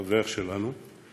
חבר שלנו,